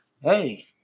hey